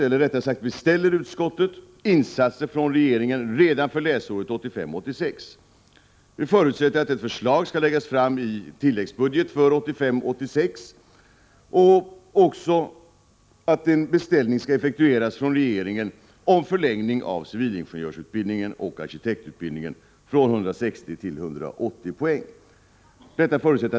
Här beställer utskottet insatser från regeringen redan för läsåret 1985 86 och att en beställning av en förlängning av civilingenjörsutbildningen och arkitektutbildningen från 160 till 180 poäng effektueras av regeringen.